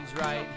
right